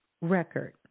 Record